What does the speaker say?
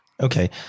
Okay